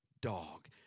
dog